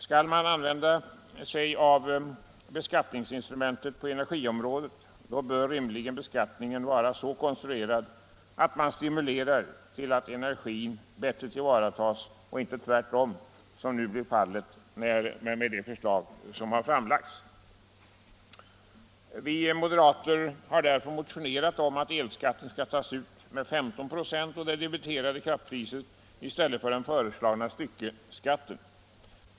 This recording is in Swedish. Skall man använda sig av beskattningsinstrumentet på energiområdet, bör rimligen beskattningen vara så konstruerad att man stimulerar till att energin bättre tillvaratas och icke tvärtom, som nu blir fallet med det förslag som har framlagts. Vi moderater har därför motionerat om att elskatten skall tas ut med 15 96 på det debiterade kraftpriset i stället för den föreslagna styckeskatten.